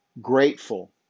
grateful